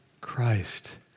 Christ